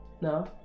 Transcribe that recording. No